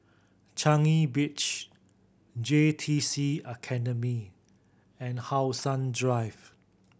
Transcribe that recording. Changi Beach J T C Academy and How Sun Drive